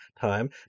time